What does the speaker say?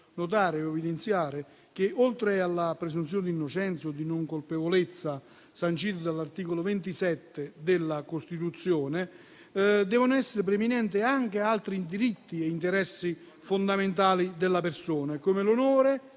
io in particolare, oltre alla presunzione di innocenza o di non colpevolezza, sancito dall'articolo 27 della Costituzione, devono essere preminenti anche altri diritti e interessi fondamentali della persona, come l'onore